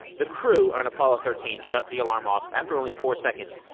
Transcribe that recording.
the crew on apollo thirteen shut the alarm off after only four seconds.